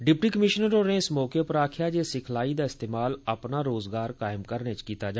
deputy commissioner होरें इस मौके पर आखेआ जे सिखलाई दा इस्तेमाल अपना रोजगार कायम करने च कीता जा